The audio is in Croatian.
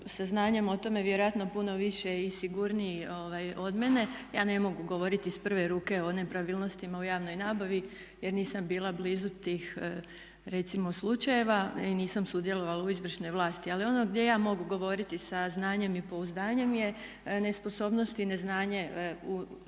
o tome vjerojatno puno više i sigurniji od mene. Ja ne mogu govoriti iz prve ruke o nepravilnostima u javnoj nabavi jer nisam bila blizu tih recimo slučajeva i nisam sudjelovala u izvršnoj vlasti. Ali ono gdje ja mogu govoriti sa znanjem i pouzdanjem je nesposobnost i neznanje u sustavu